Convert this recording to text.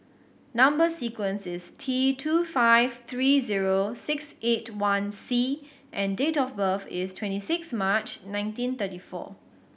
number sequence is T two five three zero six eight one C and date of birth is twenty six March nineteen thirty four